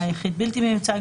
היה היחיד בלתי מיוצג,